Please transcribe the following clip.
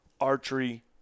archery